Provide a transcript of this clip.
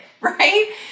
right